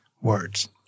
words